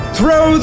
Throw